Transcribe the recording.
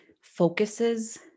focuses